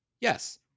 Yes